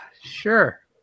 sure